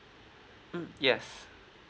mm yes